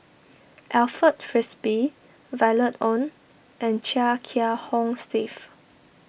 Alfred Frisby Violet Oon and Chia Kiah Hong Steve